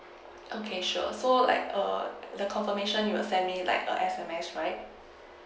okay sure so like err the confirmation you will send me like a S_M_S right